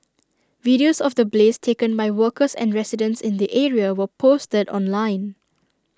videos of the blaze taken by workers and residents in the area were posted online